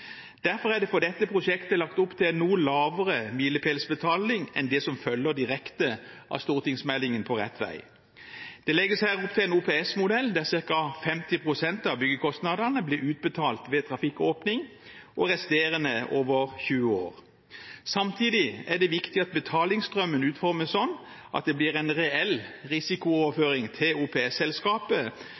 enn det som følger direkte av stortingsmeldingen På rett vei. Det legges her opp til en OPS-modell der ca. 50 pst. av byggekostnadene blir utbetalt ved trafikkåpning, og det resterende over 20 år. Samtidig er det viktig at betalingsstrømmen utformes slik at det blir en reell risikooverføring til